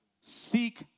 Seek